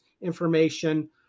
information